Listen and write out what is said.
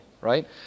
right